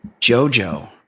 JoJo